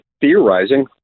theorizing